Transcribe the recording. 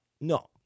No